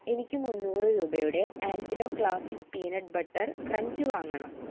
എനിക്ക് മുന്നൂറ് രൂപയുടെ Alpino classic peanut butter crunch വാങ്ങണം